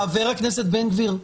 חבר הכנסת בן גביר.